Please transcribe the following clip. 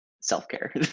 self-care